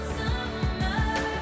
summer